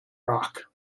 rock